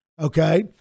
okay